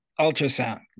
ultrasound